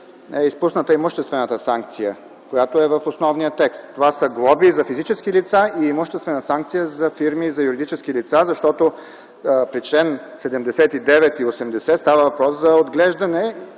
е изпусната имуществената санкция, която е в основния текст. Това са глоби за физически лица и имуществена санкция за фирми - юридически лица, а в чл. 79 и чл. 80 става въпрос за отглеждане